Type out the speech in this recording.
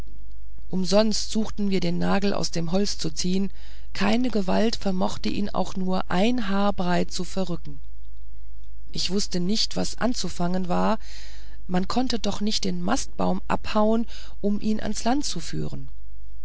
umsonst suchten wir den nagel aus dem holz zu ziehen keine gewalt vermochte ihn auch nur ein haar breit zu verrücken ich wußte nicht was anzufangen war man konnte doch nicht den mastbaum abhauen um ihn ans land zu führen